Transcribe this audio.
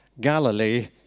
Galilee